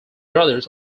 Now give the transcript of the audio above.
brothers